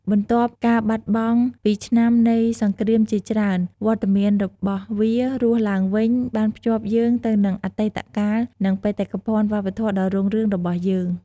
បន្ទាប់ការបាត់បង់ពីឆ្នាំនៃសង្គ្រាមជាច្រើន វត្តមានរបស់វារស់ឡើងវិញបានភ្ជាប់យើងទៅនឹងអតីតកាល និងបេតិកភណ្ឌវប្បធម៌ដ៏រុងរឿងរបស់យើង។